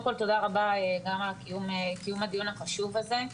קודם כול, תודה רבה על קיום הדיון החשוב הזה.